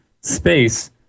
space